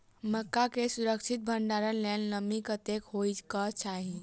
मक्का केँ सुरक्षित भण्डारण लेल नमी कतेक होइ कऽ चाहि?